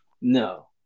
No